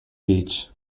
beach